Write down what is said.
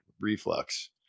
Reflux